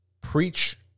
preach